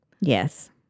Yes